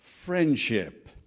friendship